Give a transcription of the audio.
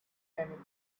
anything